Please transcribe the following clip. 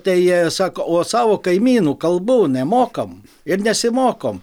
tai sako o savo kaimynų kalbų nemokam ir nesimokom